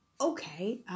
okay